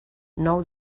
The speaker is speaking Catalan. nou